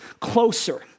closer